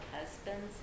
husbands